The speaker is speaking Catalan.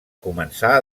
començar